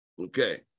Okay